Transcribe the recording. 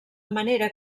manera